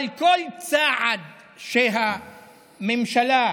אבל כל צעד שהממשלה הזאת,